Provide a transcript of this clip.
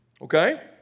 Okay